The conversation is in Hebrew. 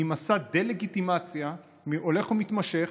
שזוהי תוצאה של מסע דה-לגיטימציה הולך ומתמשך